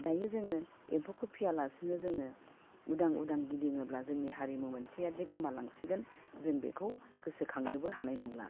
दायो जोङो एम्फौखौ फिसियालासिनो जोङो उदां उदां गिदिङोब्ला जोंनि हारिमु मोनसेयादि गोमालांसिगोन जों बेखौ गोसोखांनोबो हानाय नंला